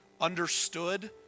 understood